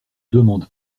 demande